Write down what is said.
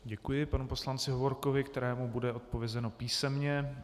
Děkuji panu poslanci Hovorkovi, kterému bude odpovězeno písemně.